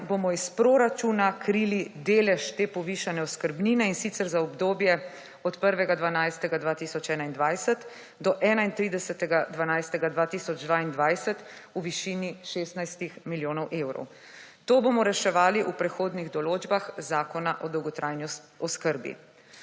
bomo iz proračuna krili delež te povišane oskrbnine, in sicer za obdobje od 1. 12. 2021 do 31. 12. 2022 v višini 16-ih milijonov evrov. To bomo reševali v prehodnih določbah Zakona o dolgotrajni oskrbi.